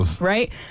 Right